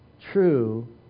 true